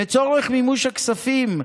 לצורך מימוש הכספים,